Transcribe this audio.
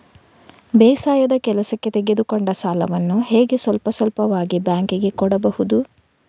ಬೇಸಾಯದ ಕೆಲಸಕ್ಕೆ ತೆಗೆದುಕೊಂಡ ಸಾಲವನ್ನು ಹೇಗೆ ಸ್ವಲ್ಪ ಸ್ವಲ್ಪವಾಗಿ ಬ್ಯಾಂಕ್ ಗೆ ಕೊಡಬಹುದು?